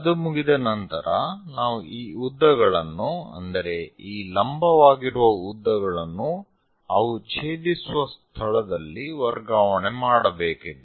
ಅದು ಮುಗಿದ ನಂತರ ನಾವು ಈ ಉದ್ದಗಳನ್ನು ಅಂದರೆ ಈ ಲಂಬವಾಗಿರುವ ಉದ್ದಗಳನ್ನು ಅವು ಛೇದಿಸುವ ಸ್ಥಳದಲ್ಲಿ ವರ್ಗಾವಣೆ ಮಾಡಬೇಕಾಗಿದೆ